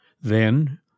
Then